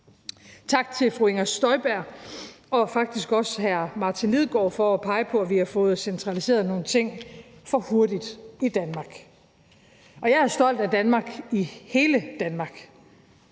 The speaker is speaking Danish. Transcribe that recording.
Tak til fru Inger Støjberg og faktisk også hr. Martin Lidegaard for at pege på, at vi har fået centraliseret nogle ting for hurtigt i Danmark. Jeg er stolt af Danmark, hele Danmark,